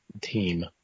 team